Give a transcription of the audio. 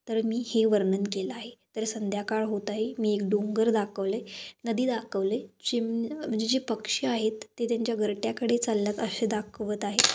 तर मी हे वर्णन केलं आहे तर संध्याकाळ होत आहे मी एक डोंगर दाखवली आहे नदी दाखवली आहे चिम म्हणजे जे पक्षी आहेत ते त्यांच्या घरट्याकडे चालल्यात असे दाखवत आहे